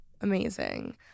amazing